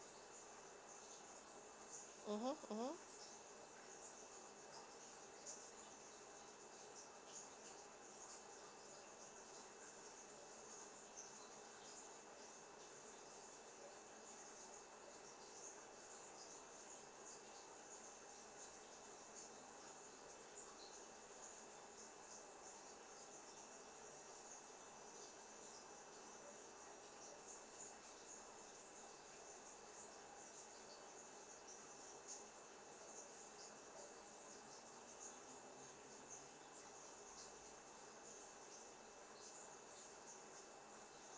mmhmm mmhmm